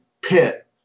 pit